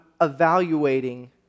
evaluating